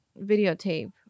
videotape